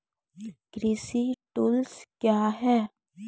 कृषि टुल्स क्या हैं?